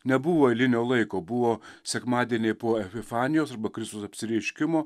nebuvo eilinio laiko buvo sekmadieniai po efifanijos arba kristaus apsireiškimo